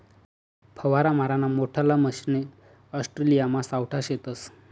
फवारा माराना मोठल्ला मशने ऑस्ट्रेलियामा सावठा शेतस